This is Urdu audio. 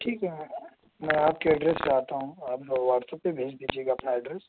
ٹھیک ہے میں میں آپ کے ایڈریس پہ آتا ہوں اور آپ وہ واٹساپ پہ بھیج دیجئے گا اپنا ایڈریس